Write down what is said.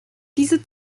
diese